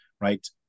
right